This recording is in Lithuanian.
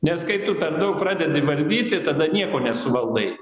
nes kai tu per daug pradedi valdyti tada nieko nesuvaldai